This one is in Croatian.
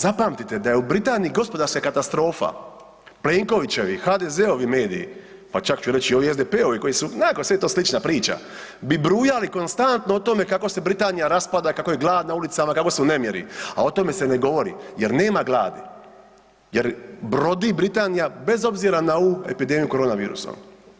Zapamtite da je u Britaniji gospodarska katastrofa Plenkovićevi i HDZ-ovi mediji, pa čak ću reći i ovi SDP-ovi koji su, onako sve je to slična priča, bi brujali konstantno o tome kako se Britanija raspada, kako je glad na ulicama, kako su nemiri, a o tome se ne govori jer nema gladi jer brodi Britanija bez obzira na ovu epidemiju korona virusom.